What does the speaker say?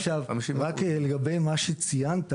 עכשיו, רק לגבי מה שציינת